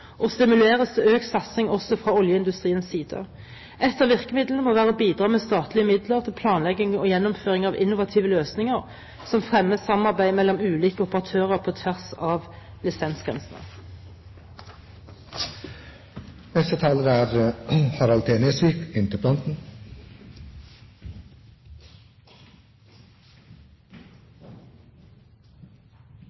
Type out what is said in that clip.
og det må stimuleres til økt satsing også fra oljeindustriens side. Et av virkemidlene må være å bidra med statlige midler til planlegging og gjennomføring av innovative løsninger som fremmer samarbeid mellom ulike operatører på tvers av lisensgrensene. Det er